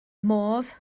modd